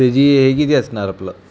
त्याची हे किती असणार आपलं